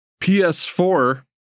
PS4